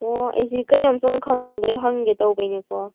ꯑꯣ ꯑꯩꯁꯤ ꯀꯩꯅꯣꯝꯁꯨꯝ ꯈꯪꯅꯤꯡꯕꯒꯤ ꯍꯪꯒꯦ ꯇꯧꯕꯒꯤꯅꯦꯀꯣ